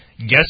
Guess